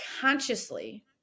consciously